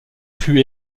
fut